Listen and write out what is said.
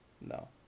No